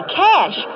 cash